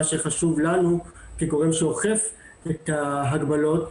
מה שחשוב לנו כגורם שאוכף את ההגבלות,